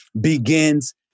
begins